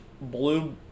blue